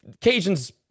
Cajun's